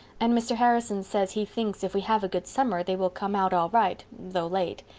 and mr. harrison says he thinks if we have a good summer they will come out all right though late.